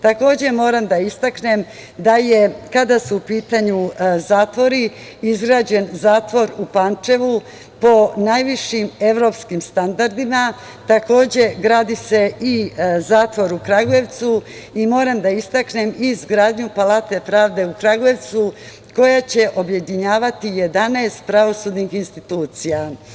Takođe moram da istaknem kada su u pitanju zatvori, izgrađen zatvor u Pančevu po najvišim evropskim standardima, takođe gradi se i zatvor u Kragujevcu i moram da istaknem i izgradnju Palate Pravde u Kragujevcu koja će objedinjavati 11 pravosudnih institucija.